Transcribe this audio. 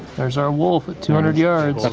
there's our wolf at two hundred yards.